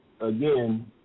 again